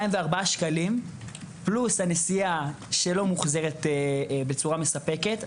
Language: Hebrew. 204 שקלים והנסיעה שלא מוחזרת בצורה מספקת,